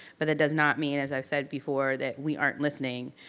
but that does not mean as i've said before that we aren't listening.